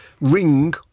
ring